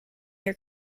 your